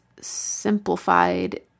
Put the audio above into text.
simplified